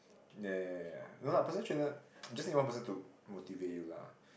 yea yea yea yea no lah personal trainer just need one person to motivate you lah